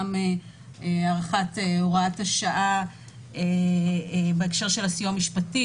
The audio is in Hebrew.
גם הארכת הוראת השעה בהקשר של הסיוע המשפטי,